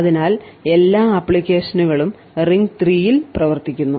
അതിനാൽ എല്ലാ ആപ്ലിക്കേഷനുകളും റിംഗ് 3 ൽ പ്രവർത്തിക്കുന്നു